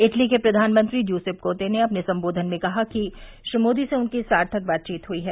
Italy के प्रधानमंत्री Giuseppe Conte ने अपने सम्बोधन में कहा कि श्री मोदी से उनकी सार्थक बातचीत हई है